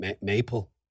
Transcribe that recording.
maple